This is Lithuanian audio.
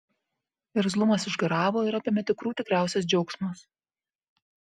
irzlumas išgaravo ir apėmė tikrų tikriausias džiaugsmas